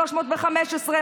315,